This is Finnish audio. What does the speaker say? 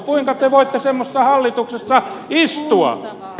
kuinka te voitte semmoisessa hallituksessa istua